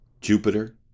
Jupiter